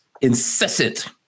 incessant